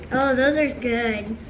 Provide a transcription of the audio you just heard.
those are good.